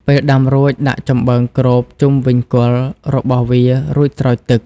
ពេលដាំរួចដាក់ចំបើងគ្របជុំវិញគល់របស់វារួចស្រោចទឹក។